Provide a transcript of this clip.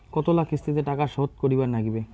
কতোলা কিস্তিতে টাকা শোধ করিবার নাগীবে?